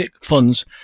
funds